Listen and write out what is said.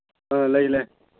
ꯑ ꯂꯩ ꯂꯩ